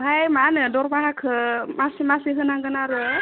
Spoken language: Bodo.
ओमफाय मा होनो दरमाहाखो मासे मासे होनांगोन आरो